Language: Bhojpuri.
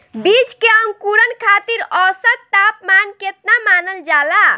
बीज के अंकुरण खातिर औसत तापमान केतना मानल जाला?